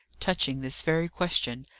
touching this very question,